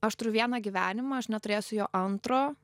aš turiu vieną gyvenimą aš neturėsiu jo antro